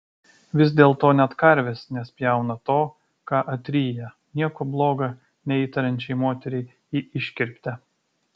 vis dėlto net karvės nespjauna to ką atryja nieko bloga neįtariančiai moteriai į iškirptę